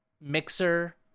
mixer